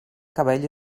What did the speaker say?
cabell